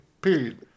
Period